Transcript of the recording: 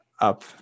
up